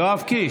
יואב קיש,